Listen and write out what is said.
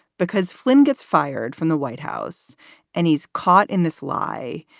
because flynn gets fired from the white house and he's caught in this lie.